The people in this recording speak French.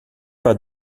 pas